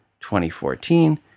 2014